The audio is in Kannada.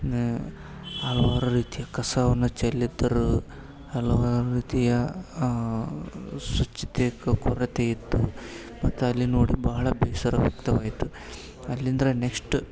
ನ ಹಲವಾರು ರೀತಿಯ ಕಸವನ್ನ ಚೆಲ್ಲಿದ್ದರು ಹಲವಾರು ರೀತಿಯ ಸ್ವಚ್ಛತೆಯ ಕೊರತೆಯಿತ್ತು ಮತ್ತು ಅಲ್ಲಿ ನೋಡಿ ಬಹಳ ಬೇಸರ ವ್ಯಕ್ತವಾಯಿತು ಅಲ್ಲಿಂದ್ರ ನೆಕ್ಷ್ಟ್